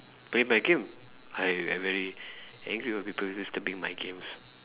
playing my game I I very angry when people disturbing my games